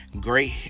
great